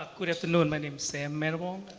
good afternoon. my name is sam manivong.